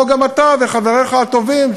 גם לא אתה וחבריך הטובים,